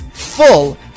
full